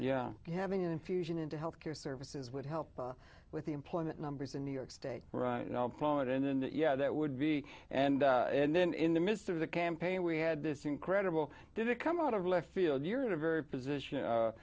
yeah having infusion into health care services would help with the employment numbers in new york state right now and follow it in and yeah that would be and and then in the midst of the campaign we had this incredible did it come out of left field you're in a very position